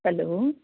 hello